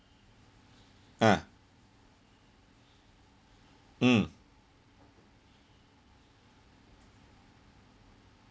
ah mm